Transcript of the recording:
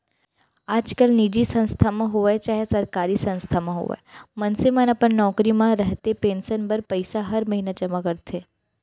आजकाल निजी संस्था म होवय चाहे सरकारी संस्था म होवय मनसे मन अपन नौकरी म रहते पेंसन बर पइसा हर महिना जमा करथे